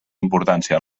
importància